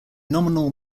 nominal